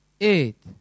eight